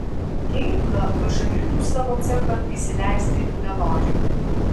kėbla pašalinių savo cechan įsileisti nenori